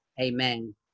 Amen